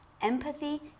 Empathy